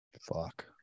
Fuck